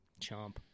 Chomp